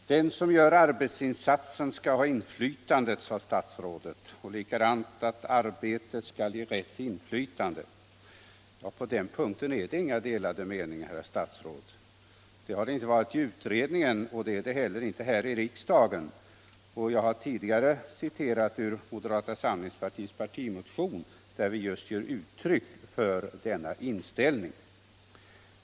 Herr talman! Den som gör arbetsinsatsen skall ha inflytande, och arbetet skall ge rätt till inflytande, sade statsrådet. På den punkten finns inga delade meningar, herr statsråd, inte i utredningen och inte heller här i riksdagen. Jag har tidigare citerat moderata samlingspartiets partimotion, där vi ju ger uttryck för denna inställning.